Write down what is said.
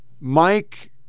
Mike